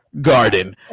Garden